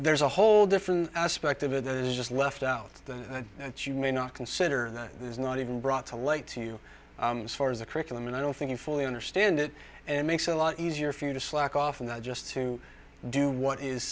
there's a whole different aspect of it is just left out that you may not consider that there's not even brought to light to you as far as the curriculum and i don't think you fully understand it and makes a lot easier for you to slack off from that just to do what is